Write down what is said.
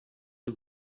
too